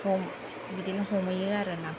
हम बिदिनो हमहैयो आरो नाखौ